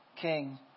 king